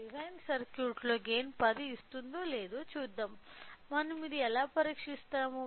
design circuit లో gain 10 ఇస్తుందో లేదో చూద్దాం మనం ఇది ఎలా పరీక్షిస్తాము